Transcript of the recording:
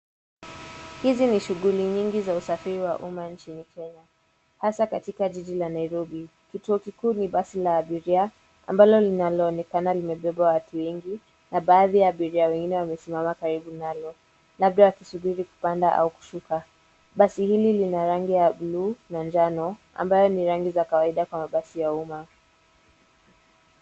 Hizi ni shughuli nyingi za usafiri wa umma nchini Kenya, hasa katika jiji la Nairobi. Kituo kikuu ni basi la abiria ambalo linaloonekana limebeba watu wengi, na baadhi ya abiria wengine wamesimama karibu nalo, labda wakisubiri kupanda au kushuka. Basi hili lina rangi ya blue na njano, ambayo ni rangi za kawaida kwa mabasi ya umma.